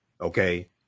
Okay